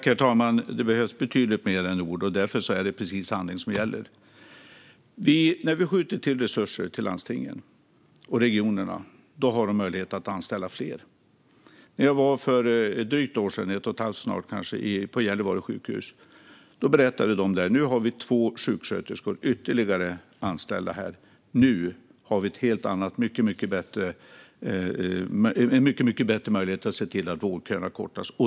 Herr talman! Det behövs betydligt mer än ord. Därför är det precis handling som gäller. När vi skjuter till resurser till landstingen och regionerna har de möjlighet att anställa fler. För drygt ett år sedan, kanske snart ett och ett halvt, var jag på Gällivare sjukhus. Där berättade man att man hade anställt ytterligare två sjuksköterskor, vilket gett en mycket bättre möjlighet att korta vårdköerna.